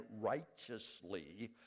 righteously